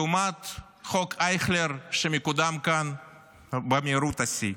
לעומת חוק אייכלר שמקודם כאן במהירות שיא.